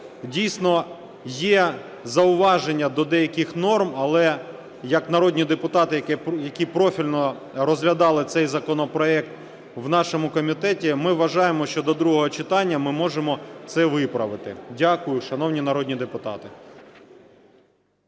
Дійсно, є зауваження до деяких норм, але як народні депутати, які профільно розглядали цей законопроект у нашому комітеті, ми вважаємо, що до другого читання ми можемо це виправити. Дякую, шановні народні депутати.